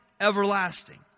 everlasting